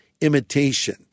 imitation